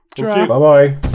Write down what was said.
Bye-bye